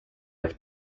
have